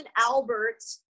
Albert's